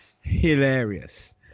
hilarious